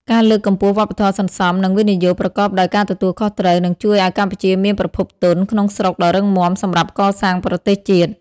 ការលើកកម្ពស់វប្បធម៌សន្សំ និងវិនិយោគប្រកបដោយការទទួលខុសត្រូវ នឹងជួយឱ្យកម្ពុជាមានប្រភពទុនក្នុងស្រុកដ៏រឹងមាំសម្រាប់កសាងប្រទេសជាតិ។